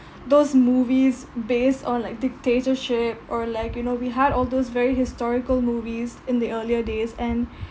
those movies based on like dictatorship or like you know we had all those very historical movies in the earlier days and